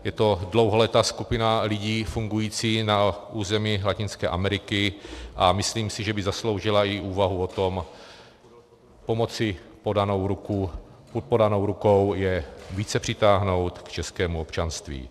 Je to dlouholetá skupina lidí fungující na území Latinské Ameriky a myslím si, že by zasloužila i úvahu i tom, pomocí podané ruky je více přitáhnout k českému občanství.